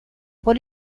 por